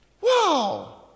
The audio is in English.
wow